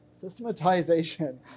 systematization